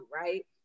right